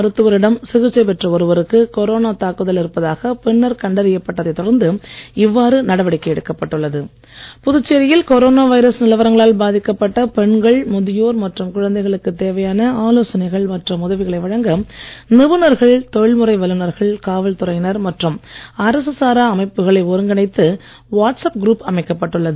மருத்துவரிடம் சிசிச்சை பெற்ற ஒருவருக்கு கொரோனா தாக்குதல் இருப்பதாக பின்னர் கண்டறியப் பட்டதை தொடர்ந்து இவ்வாறு நடவடிக்கை எடுக்கப் பட்டுள்ளது சமூக சேவகர்கள் புதுச்சேரியில் கொரோனா வைரஸ் நிலவரங்களால் பாதிக்கப்பட்ட முதியோர் மற்றும் குழந்தைகளுக்கு பெண்கள் தேவையான ஆலோசனைகள் மற்றும் உதவிகளை வழங்க நிபுணர்கள் தொழில்முறை வல்லுநர்கள் காவல்துறையினர் மற்றும் அரசு சாரா அமைப்புகளை ஒருங்கிணைத்து வாட்ஸ்ஆப் குருப் அமைக்கப்பட்டுள்ளது